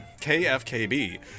KFKB